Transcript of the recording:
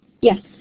Yes